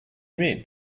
mean